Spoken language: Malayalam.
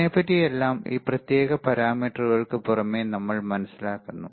അതിനെപ്പറ്റി എല്ലാം ഈ പ്രത്യേക പാരാമീറ്ററുകൾക്ക് പുറമെ നമ്മൾ മനസ്സിലാക്കുന്നു